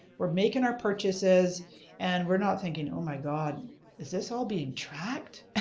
we're making our purchases and we're not thinking, oh my god is this all being tracked?